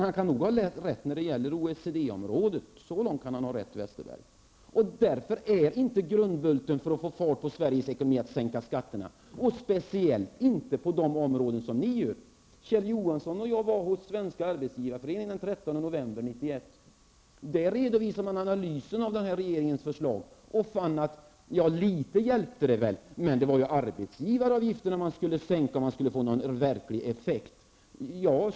Han kan nog ha rätt när det gäller OECD-området. Så långt kan han ha rätt. Därför är inte grundbulten för att få fart på Sveriges ekonomi att sänka skatterna, speciellt inte på de områden där ni vill. Kjell Johansson och jag var hos Svenska arbetsgivareföreningen den 13 november 1991. Där redovisades en analys av regeringens förslag, och man fann att det hjälpte litet men att det var arbetsgivaravgifterna som skulle sänkas om man vill ha en verklig effekt.